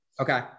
Okay